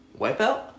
Wipeout